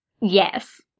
Yes